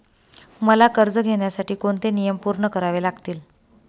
मला कर्ज घेण्यासाठी कोणते नियम पूर्ण करावे लागतील?